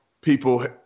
people